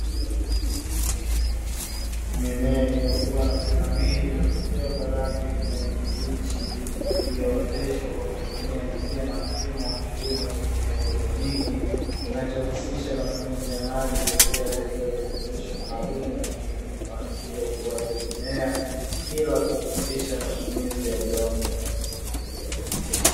Mimea iliyokuwa na kunawiri, nakupea kwa rangi ya kijani kibichi iliyooteshwa kwa kutumia njia na mfumo wa kilimo cha kihaidroponi, kinachohusisha matumizi ya maji pekee yaliyotiwa virutubisho maalumu na muhimu kwa ajili ya ukuaji wa mimea, bila kuhusisha matumizi ya udongo.